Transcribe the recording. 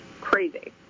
crazy